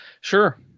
Sure